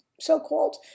so-called